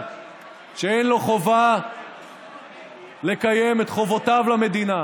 ואין לו חובה לקיים את חובותיו למדינה.